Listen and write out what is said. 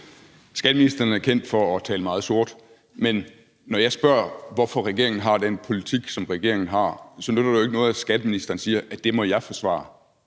Skatteministeren er kendt for at tale meget sort, men når jeg spørger, hvorfor regeringen har den politik, som regeringen har, så nytter det jo ikke noget, at skatteministeren siger, at det må jeg forsvare.